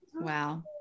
Wow